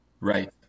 Right